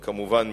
וכמובן,